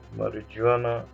marijuana